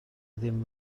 ddim